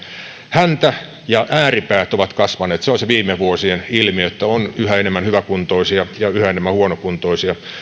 häntä ja ääripäät ovat kasvaneet se on se viime vuosien ilmiö että on yhä enemmän hyväkuntoisia ja yhä enemmän huonokuntoisia